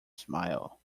smile